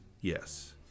Yes